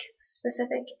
specific